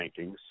rankings